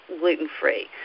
gluten-free